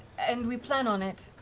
and we plan on it,